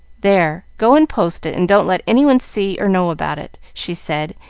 there! go and post it, and don't let any one see or know about it, she said,